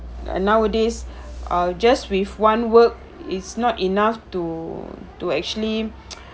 and nowadays ah just with one work it's not enough to to actually